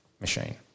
machine